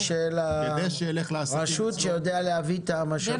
של הרשות שיודע להביא את המשאבים.